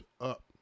up